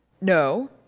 No